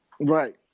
Right